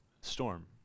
Storm